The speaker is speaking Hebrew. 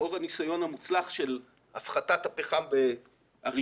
לאור הניסיון המוצלח של הפחתת הפחם הראשונית